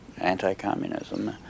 anti-communism